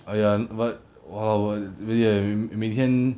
!aiya! but !walao! !wah! really leh 每每天